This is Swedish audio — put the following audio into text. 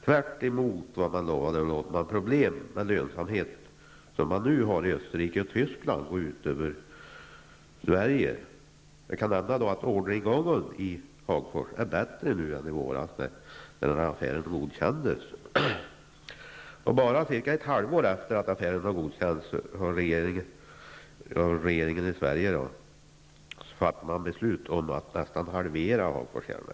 Tvärtemot vad man lovade låter man lönsamhetsproblem i Österrike och Tyskland gå ut över Sverige. Det kan hända att orderingången i Hagfors nu är bättre än i våras, när den här affären godkändes. Bara cirka ett halvår efter det att affären godkänts av den svenska regeringen fattas beslut om att nästan halvera Hagfors järnverk.